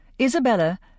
Isabella